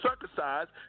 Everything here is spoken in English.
circumcised